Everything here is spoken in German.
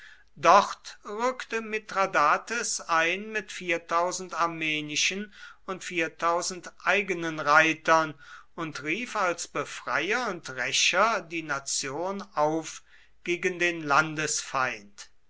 dort rückte mithradates ein mit armenischen und eigenen reitern und rief als befreier und rächer die nation auf gegen den